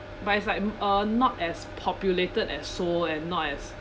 but it's like m~ uh not as populated as seoul and not as